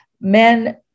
men